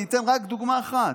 אני אתן רק דוגמה אחת,